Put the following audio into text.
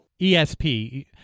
ESP